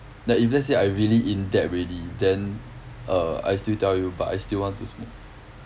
like if let's say I really in debt already then err I still tell you but I still want to smoke